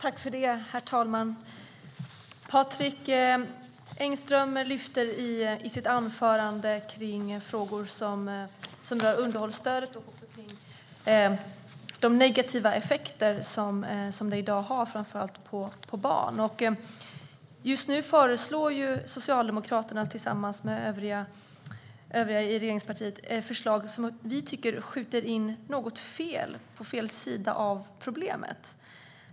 Herr talman! Patrik Engström tar i sitt anförande upp de negativa effekter som underhållsstödet har på framför allt barn. Nu lägger regeringspartierna Socialdemokraterna och Miljöpartiet fram förslag som vi tycker skjuter på fel sida om problemet.